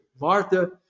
Martha